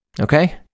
Okay